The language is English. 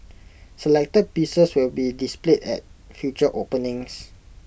selected pieces will be displayed at future openings